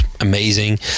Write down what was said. amazing